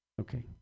Okay